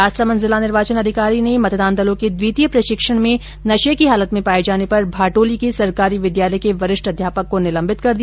राजसमंद जिला निर्वाचन अधिकारी ने मतदान दलों के द्वितीय प्रशिक्षण में नशे की हालत में पाये जाने पर भाटोली के सरकारी विद्यालय के वरिष्ठ अध्यापक को निलंबित कर दिया